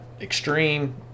extreme